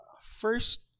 First